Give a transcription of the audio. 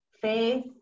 faith